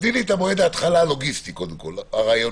תני לי את מועד ההתחלה הלוגיסטי קודם כל, הרעיוני.